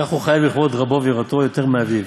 כך הוא חייב בכבוד רבו ויראתו יותר מאביו,